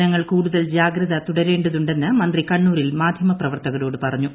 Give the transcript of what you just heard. ജനങ്ങൾ കൂടുതൽ ജാഗത തുടരേണ്ടതുണ്ടെന്ന് മന്ത്രി കണ്ണൂരിൽ മാധ്യമ പ്രവർത്തകരോട് പറഞ്ഞു